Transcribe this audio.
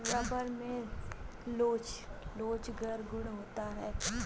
rubber में लोचदार गुण होता है